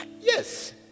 Yes